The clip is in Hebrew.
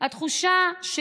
ועם זה אני אסיים: התחושה שלי,